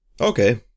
okay